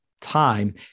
time